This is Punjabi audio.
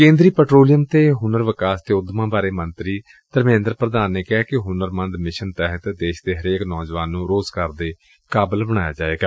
ਕੇਦਰੀ ਪੈਟਰੋਲੀਅਮ ਅਤੇ ਹੁਨਰ ਵਿਕਾਸ ਤੇ ਉਦਮ ਬਾਰੇ ਮੰਤਰੀ ਧਰਮੇਦਰ ਪ੍ਰਧਾਨ ਨੇ ਕਿਹੈ ਕਿ ਹੁਨਰਮੰਦ ਮਿਸ਼ਨ ਤਹਿਤ ਦੇਸ਼ ਦੇ ਹਰੇਕ ਨੌਜਵਾਨ ਨੂੰ ਰੋਜ਼ਗਾਰ ਦੇ ਕਾਬਲ ਬਣਾਇਆ ਜਾਏਗਾ